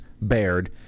bared